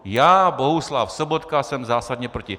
Já, Bohuslav Sobotka, jsem zásadně proti!